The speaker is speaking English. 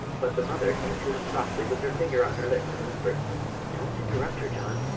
but the mother came to him softly with her finger on her lips and whispered don't interrupt her, john.